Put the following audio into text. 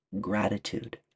Gratitude